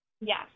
Yes